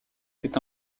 est